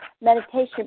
meditation